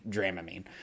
Dramamine